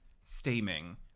steaming